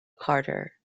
carter